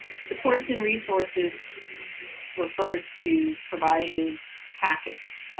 supports and resources refers to providing packets,